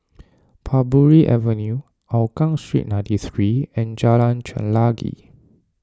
Parbury Avenue Hougang Street ninety three and Jalan Chelagi